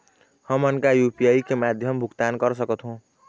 हमन का यू.पी.आई के माध्यम भुगतान कर सकथों?